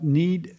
need